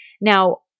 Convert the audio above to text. Now